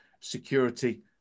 security